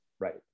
Right